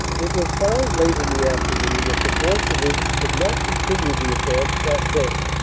it was found late in the afternoon that the fourth. division could not continue the advance that day.